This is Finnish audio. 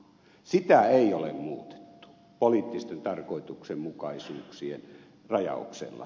sitä ei ole muutettu poliittisten tarkoituksenmukaisuuksien rajauksella